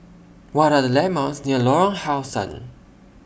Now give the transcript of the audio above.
What Are The landmarks near Lorong How Sun